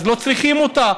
אז לא צריכים אותה.